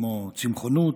כמו צמחונות,